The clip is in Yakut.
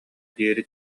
диэри